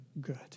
good